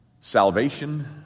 Salvation